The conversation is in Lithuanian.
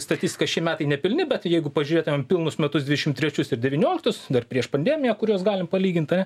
statistiką šie metai nepilni bet jeigu pažiūrėtumėm pilnus metus dvidešim trečius ir devynioliktus dar prieš pandemiją kuriuos galim palygint ane